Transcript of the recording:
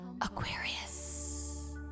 Aquarius